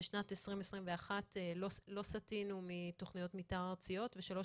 בשנת 2021 לא סטינו מתכניות מתאר ארציות ושלוש